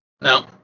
No